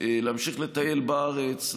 להמשיך לטייל בארץ,